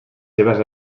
seves